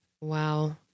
Wow